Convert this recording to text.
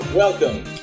Welcome